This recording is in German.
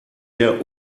der